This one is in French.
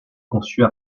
conçues